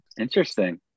Interesting